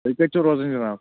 تُہۍ کَتہِ چھِو روزان جِناب